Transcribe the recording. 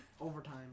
Overtime